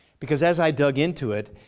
because as i dug into it,